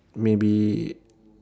maybe